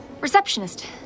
Receptionist